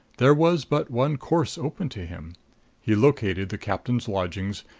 there was but one course open to him he located the captain's lodgings,